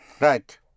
Right